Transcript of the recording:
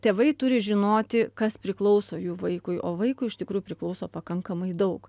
tėvai turi žinoti kas priklauso jų vaikui o vaikui iš tikrųjų priklauso pakankamai daug